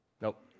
Nope